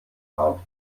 art